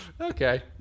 okay